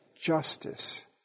justice